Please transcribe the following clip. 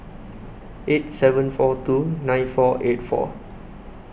eight seven four two nine four eight four